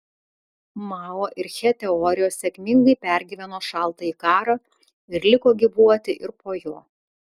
mao ir che teorijos sėkmingai pergyveno šaltąjį karą ir liko gyvuoti ir po jo